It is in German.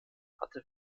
hatte